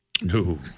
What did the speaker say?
No